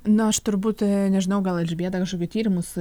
na aš turbūt nežinau gal elžbieta kažkokių tyrimus